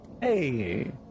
hey